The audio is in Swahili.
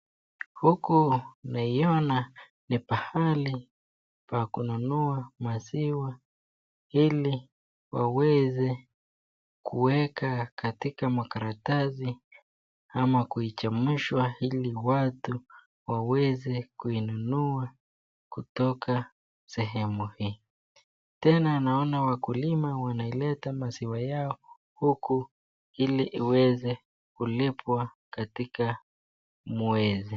Huku naiona ni pahali pa kununua maziwa ili waweze kuweka katika makaratasi ama kuchemshwa ili watu waweze kuinunua kutoka sehemu hii. Tena naona wakulima wanaileta maziwa yao huku, ili iweze kulipwa katika mwezi.